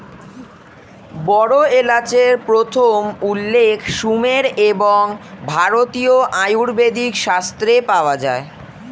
বড় এলাচের প্রথম উল্লেখ সুমের এবং ভারতীয় আয়ুর্বেদিক শাস্ত্রে পাওয়া যায়